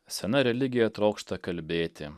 sena religija trokšta kalbėti